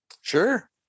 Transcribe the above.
Sure